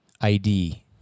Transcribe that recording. ID